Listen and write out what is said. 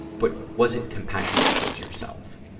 but was it compassionate towards yourself?